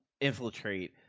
infiltrate